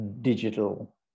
digital